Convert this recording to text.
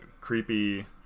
creepy